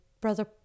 brother